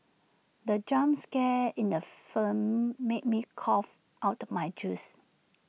the jump scare in the film made me cough out my juice